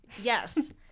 Yes